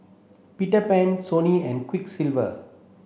Peter Pan Sony and Quiksilver